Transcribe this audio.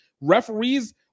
referees